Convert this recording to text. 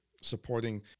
supporting